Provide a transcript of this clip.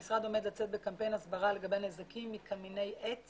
המשרד עומד לצאת בקמפיין הסברה לגבי הנזקים מקמיני עץ